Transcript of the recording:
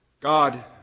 God